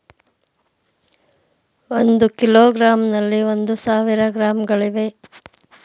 ಒಂದು ಕಿಲೋಗ್ರಾಂನಲ್ಲಿ ಒಂದು ಸಾವಿರ ಗ್ರಾಂಗಳಿವೆ